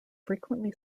frequently